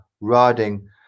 riding